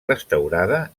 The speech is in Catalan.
restaurada